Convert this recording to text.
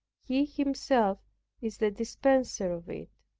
he himself is the dispenser of it.